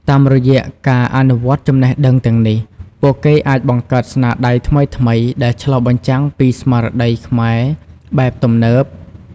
តាមរយៈការអនុវត្តចំណេះដឹងទាំងនេះ ពួកគេអាចបង្កើតស្នាដៃថ្មីៗដែលឆ្លុះបញ្ចាំងពីស្មារតីខ្មែរបែបទំនើប។